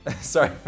sorry